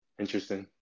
Interesting